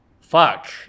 Fuck